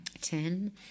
Ten